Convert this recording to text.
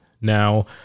Now